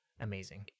amazing